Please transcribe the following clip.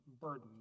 burden